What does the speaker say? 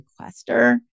requester